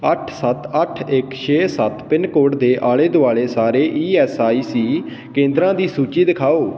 ਅੱਠ ਸੱਤ ਅੱਠ ਇੱਕ ਛੇ ਸੱਤ ਪਿੰਨ ਕੋਡ ਦੇ ਆਲੇ ਦੁਆਲੇ ਸਾਰੇ ਈ ਐੱਸ ਆਈ ਸੀ ਕੇਂਦਰਾਂ ਦੀ ਸੂਚੀ ਦਿਖਾਓ